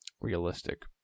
realistic